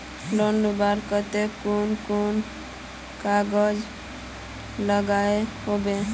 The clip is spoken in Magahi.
लोन लुबार केते कुन कुन कागज लागोहो होबे?